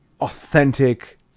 authentic